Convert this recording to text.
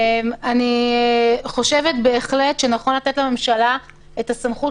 אני חושבת בהחלט שנכון לתת לממשלה את הסמכות